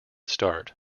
start